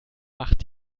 macht